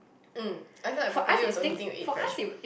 mm I feel like brocolli was the only thing we eat fresh